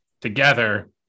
together